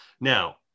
Now